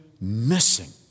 missing